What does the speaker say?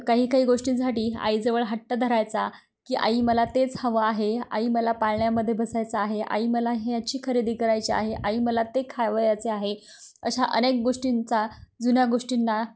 काही काही गोष्टींसाठी आईजवळ हट्ट धरायचा की आई मला तेच हवं आहे आई मला पाळण्यामदे बसायचां आहे आई मला हे ह्याची खरेदी करायची आहे आई मला ते खावयाचे आहे अशा अनेक गोष्टींचा जुन्या गोष्टींना